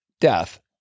death